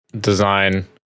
design